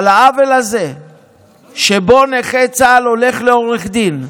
אבל העוול הזה שבו נכה צה"ל הולך לעורך דין,